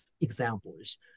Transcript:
examples